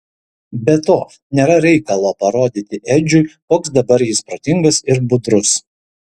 be to nėra reikalo parodyti edžiui koks dabar jis protingas ir budrus